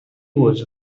was